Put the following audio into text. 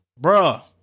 Bruh